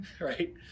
right